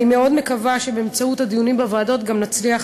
אני מאוד מקווה שבאמצעות הדיונים בוועדות גם נצליח